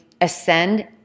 ascend